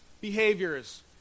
behaviors